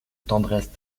tendresse